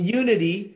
unity